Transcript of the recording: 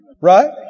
Right